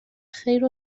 خیر